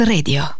Radio